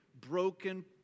broken